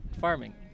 farming